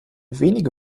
wenige